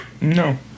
No